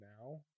now